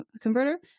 converter